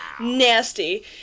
nasty